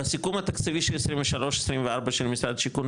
בסיכום התקציבי של 23-24 של משרד השיכון,